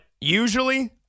usually